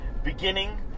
beginning